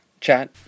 Chat